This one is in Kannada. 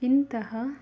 ಇಂತಹ